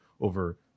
over